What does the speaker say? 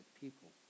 people